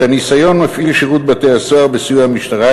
את הניסיון מפעיל שירות בתי-הסוהר בסיוע המשטרה,